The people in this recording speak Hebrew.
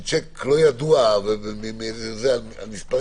מסוימים, למשל, אם יש העברה של שיק לא ידוע ובסכום